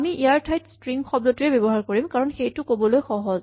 আমি ইয়াৰ ঠাইত ষ্ট্ৰিং শব্দটোৱেই ব্যৱহাৰ কৰিম কাৰণ সেইটো ক'বলৈ সহজ